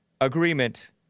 agreement